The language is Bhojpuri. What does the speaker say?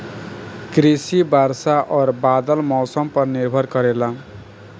कृषि वर्षा और बदलत मौसम पर निर्भर करेला